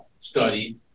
study